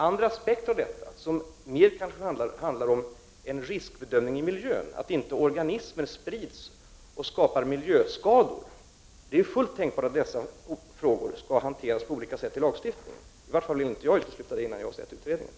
Andra aspekter handlar mera om en riskbedömning när det gäller miljön och att inte organismer sprids och åstadkommer miljöskador. Det är mycket tänkbart att dessa frågor skall hanteras på olika sätt i lagstiftningen. Jag vill i varje fall inte utesluta det, innan jag har sett utredningen.